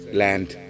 land